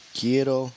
Quiero